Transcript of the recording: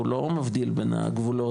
הוא לא מבדיל בין הגבולות,